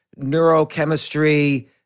neurochemistry